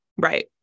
Right